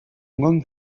going